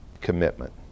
commitment